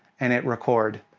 and hit record.